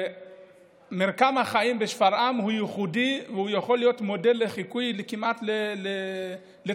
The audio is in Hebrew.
שמרקם החיים בשפרעם הוא ייחודי ויכול להיות מודל לחיקוי כמעט לתלת-קיום,